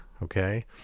Okay